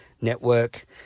network